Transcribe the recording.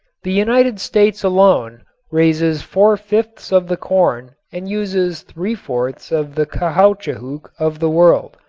the united states alone raises four-fifths of the corn and uses three-fourths of the caoutchouc of the world.